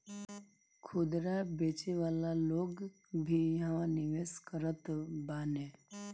खुदरा बेचे वाला लोग भी इहवा निवेश करत बाने